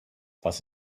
was